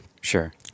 sure